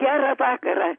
gerą vakarą